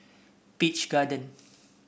Peach Garden